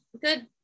good